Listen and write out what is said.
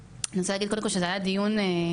אני רוצה להגיד קודם כל שזה היה דיון מהנה,